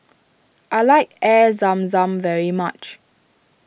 I like Air Zam Zam very much